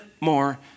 more